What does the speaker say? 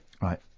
Right